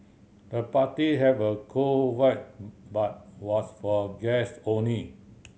the party have a cool vibe but was for guest only